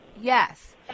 Yes